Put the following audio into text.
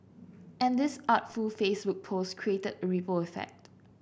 and this artful Facebook post created a ripple effect